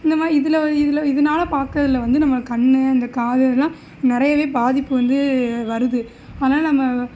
இந்தமாதிரி இதில் இதில் இதனால பாக்கிறதுல வந்து நம்ம கண் இந்த காது இதலாம் நிறையவே பாதிப்பு வந்து வருது அதனால நம்ம